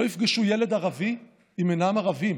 לא יפגשו ילד ערבי אם אינם ערבים,